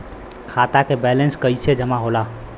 खाता के वैंलेस कइसे जमा होला?